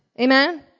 amen